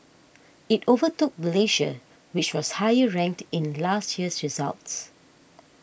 it overtook Malaysia which was higher ranked in last year's results